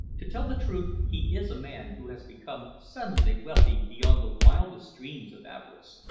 to tell the truth, he is a man who has become suddenly wealthy beyond the wildest dreams of avarice,